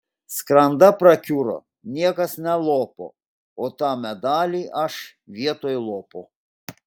skranda prakiuro niekas nelopo o tą medalį aš vietoj lopo